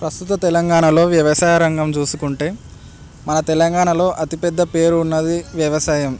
ప్రస్తుత తెలంగాణలో వ్యవసాయ రంగం చూసుకుంటే మన తెలంగాణలో అతిపెద్ద పేరు ఉన్నది వ్యవసాయం